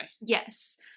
Yes